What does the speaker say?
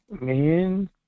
Man